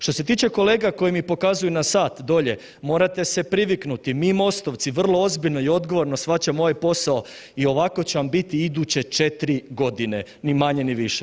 Što se tiče kolega koji mi pokazuju na sat dolje, morate se priviknuti, mi MOST-ovci vrlo ozbiljno i odgovorno shvaćamo ovaj posao i ovako će vam biti iduće 4.g. ni manje ni više.